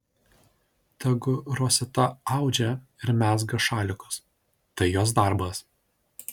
tegu rosita audžia ir mezga šalikus tai jos darbas